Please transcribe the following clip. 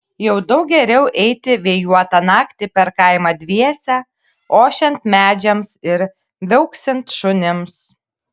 jau daug geriau eiti vėjuotą naktį per kaimą dviese ošiant medžiams ir viauksint šunims